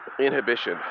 inhibition